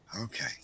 Okay